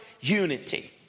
unity